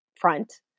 front